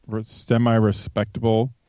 semi-respectable